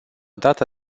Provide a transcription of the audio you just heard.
data